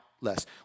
less